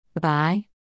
Bye